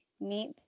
meet